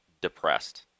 depressed